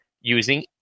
using